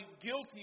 guilty